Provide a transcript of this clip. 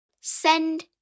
Send